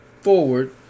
forward